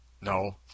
No